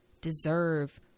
deserve